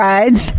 Rides